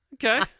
Okay